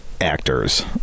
actors